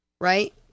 right